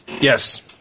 Yes